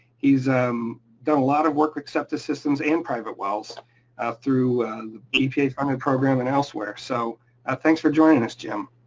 he's um done a lot of work with septic systems and private wells through the epa funded program and elsewhere. so thanks for joining us, jim.